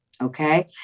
Okay